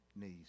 knees